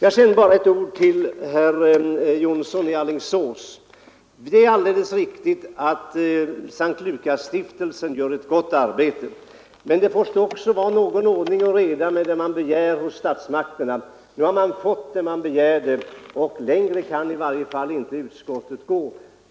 Sedan bara ett ord till herr Jonsson i Alingsås! Det är alldeles riktigt att S:t Lukasstiftelsen gör ett gott arbete, men det måste också vara någon ordning och reda med det man begär av statsmakterna. Nu har man fått det man begärde, längre kan åtminstone inte utskottet gå.